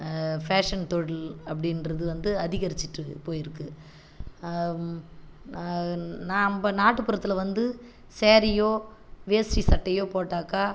fashion தொழில் அப்படின்றது வந்து அதிகரிச்சிட்டுருக்கு போயிருக்கு நான் நாம்ம நாட்டுப்புறத்தில் வந்து சேரீயோ வேஸ்ட்டி சட்டையோ போட்டாக்கா